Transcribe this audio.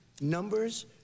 numbers